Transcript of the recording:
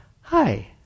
Hi